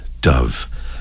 dove